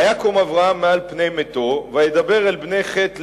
ויקם אברהם מעל פני מתו וידבר אל בני חת לאמור: